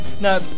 No